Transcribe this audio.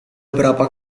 berapa